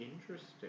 Interesting